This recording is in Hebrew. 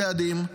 צעדים,